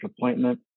appointment